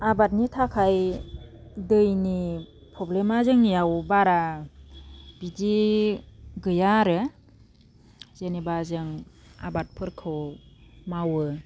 आबादनि थाखाय दैनि प्रब्लेमा जोंनियाव बारा बिदि गैया आरो जेनोबा जों आबादफोरखौ मावो